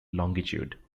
longitude